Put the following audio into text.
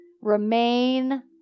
Remain